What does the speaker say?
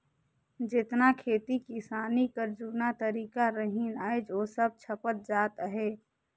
जेतना खेती किसानी कर जूना तरीका रहिन आएज ओ सब छपत जात अहे